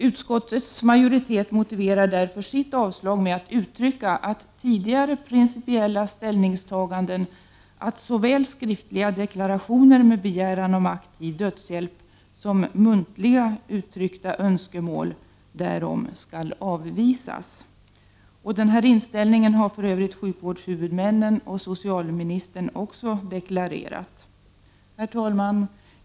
Utskottets majoritet motiverar därför sitt avstyrkande med att uttrycka att utskottet håller fast vid tidigare principiella ställningstaganden, att såväl skriftliga deklarationer med begäran om aktiv dödshjälp som muntligt uttryckta önskemål därom skall avvisas. Den inställningen har för övrigt sjukvårdshuvudmännen och socialministern också deklarerat. Herr talman!